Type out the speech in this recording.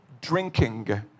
drinking